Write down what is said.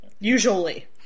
Usually